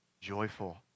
joyful